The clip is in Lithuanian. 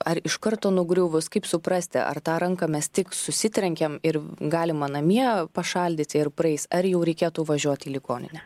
ar iš karto nugriuvus kaip suprasti ar tą ranką mes tik susitrenkėm ir galima namie pašaldyti ir praeis ar jau reikėtų važiuoti į ligoninę